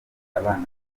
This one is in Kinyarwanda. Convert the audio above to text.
abana